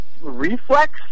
Reflex